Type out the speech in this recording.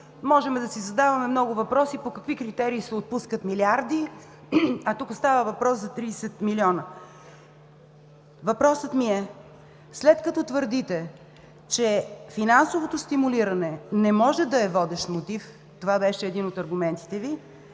можем да си задаваме много въпроси по какви критерии се отпускат милиарди, а тук става въпрос за 30 милиона. Въпросът ми е: след като твърдите, че финансовото стимулиране не може да е водещ мотив – това беше един от аргументите Ви,